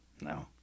No